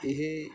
ਇਹ